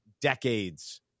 decades